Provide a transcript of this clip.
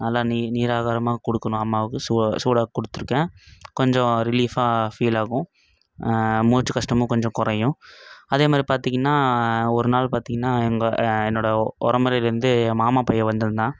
நல்லா நெய் நீர் ஆதாரமாக கொடுக்கணும் அம்மாவுக்கு சூ சூடாக கொடுத்துருக்கேன் கொஞ்சம் ரிலீஃபாக ஃபீலாகும் மூச்சு கஷ்டமும் கொஞ்சம் குறையும் அதே மாதிரி பார்த்தீங்கன்னா ஒரு நாள் பார்த்தீங்கன்னா எங்கள் என்னோட ஓ ஒரமுறையிலேந்து என் மாமா பையன் வந்துஇருந்தான்